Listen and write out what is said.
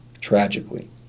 tragically